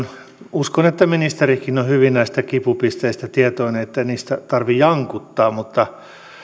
uskon että ministerikin on hyvin näistä kipupisteitä tietoinen ettei niistä tarvitse jankuttaa mutta